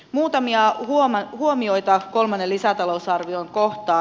muutamia huomioita kolmannen lisätalousarvion kohtaan